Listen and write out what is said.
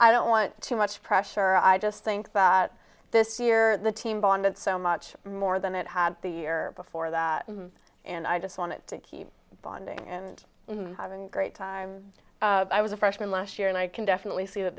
i don't want too much pressure i just think this year the team bonded so much more than that the year before that and i just wanted to keep bonding and having a great time i was a freshman last year and i can definitely see that